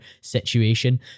situation